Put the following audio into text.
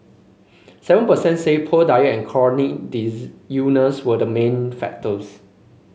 seven per cent said poor diet and chronic illness were the main factors